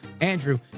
Andrew